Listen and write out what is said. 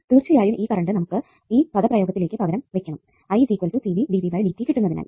തീർച്ചയായും ഈ കറണ്ട് നമുക്ക് ഈ പദപ്രയോഗത്തിലേക്ക് പകരം വെക്കണം കിട്ടുന്നതിനായി